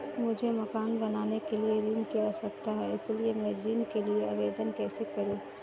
मुझे मकान बनाने के लिए ऋण की आवश्यकता है इसलिए मैं ऋण के लिए आवेदन कैसे करूं?